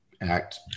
Act